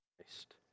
Christ